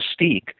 mystique